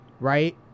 Right